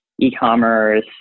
e-commerce